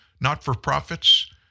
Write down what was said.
not-for-profits